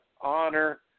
honor